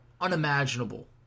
unimaginable